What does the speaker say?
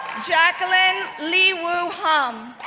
jacqueline lee woo hom,